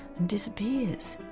and disappears.